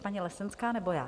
Teď paní Lesenská, nebo já?